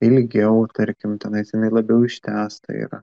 ilgiau tarkim tenais jinai labiau ištęsta yra